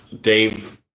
Dave